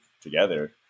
together